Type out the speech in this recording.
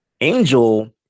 Angel